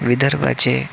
विदर्भाचे